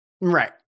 Right